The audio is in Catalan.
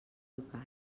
local